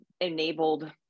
enabled